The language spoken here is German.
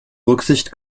rücksicht